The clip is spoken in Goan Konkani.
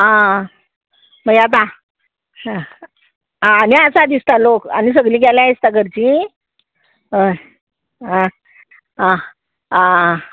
आं मागी आतां आं आनी आसा दिसता लोक आनी सगलीं गेलें दिसता घरचीं हय आं आं आं